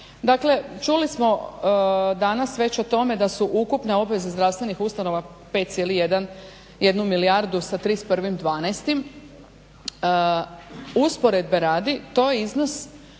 Dakle čuli smo danas već o tome da su ukupne obveze zdravstvenih ustanova 5,1 milijardu sa 31.12. Usporedbe radi, to je iznos